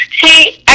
See